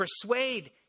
persuade